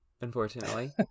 unfortunately